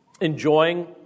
enjoying